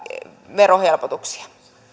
verohelpotuksia